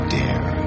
dare